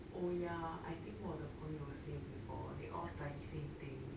oh ya I think 我的朋友 say before they all study same thing